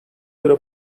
göre